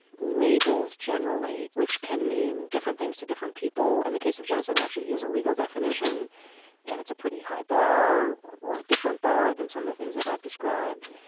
labels generally which can mean different things to different people in the case of genocide so there actually is a legal definition and it's a pretty high bar or a different bar than some of the things that i've described.